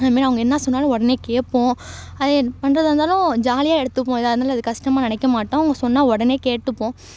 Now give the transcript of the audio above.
அதுமாரி அவங்க என்ன சொன்னாலும் உடனே கேட்போம் அதே பண்ணுறதா இருந்தாலும் ஜாலியாக எடுத்துப்போம் எதா இருந்தாலும் அது கஷ்டமா நினைக்க மாட்டோம் அவங்க சொன்னால் உடனே கேட்டுப்போம்